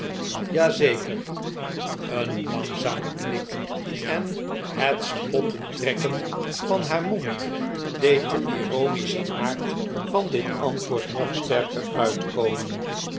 zeker een langzame knik en het spottend trekken van haar mond deed den ironischen aard van dit antwoord nog sterker uitkomen